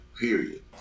Period